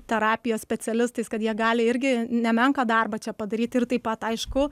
terapijos specialistais kad jie gali irgi nemenką darbą čia padaryti ir taip pat aišku